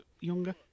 younger